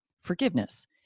forgiveness